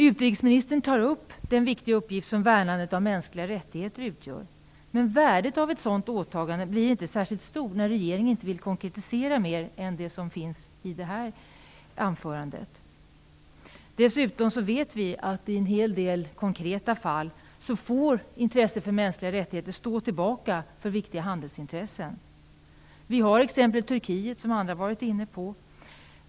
Utrikesministern tar upp den viktiga uppgift som värnandet av mänskliga rättigheter utgör. Men värdet av ett åtagande blir inte särskilt stort när regeringen inte vill konkretisera det mer än vad utrikesministern sade i sitt anförande. Dessutom vet vi att intresset för mänskliga rättigheter i en hel del konkreta fall får stå tillbaka för viktiga handelsintressen. Vi har exemplet med Turkiet, som andra varit inne på.